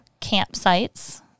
campsites